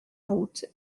route